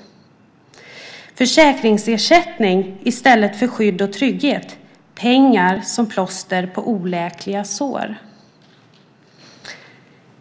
Det blir försäkringsersättning i stället för skydd och trygghet och pengar som plåster på oläkliga sår.